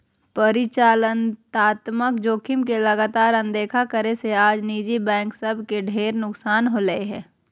परिचालनात्मक जोखिम के लगातार अनदेखा करे से आज निजी बैंक सब के ढेर नुकसान होलय हें